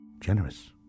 generous